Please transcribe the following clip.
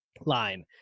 line